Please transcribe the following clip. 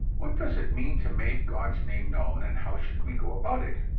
what does it mean to make god's name known and how should we go about it?